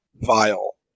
vile